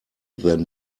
than